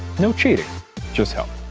no cheating just help!